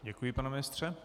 Děkuji, pane ministře.